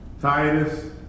Titus